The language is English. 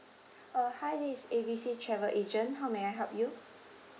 uh hi this is A B C travel agent how may I help you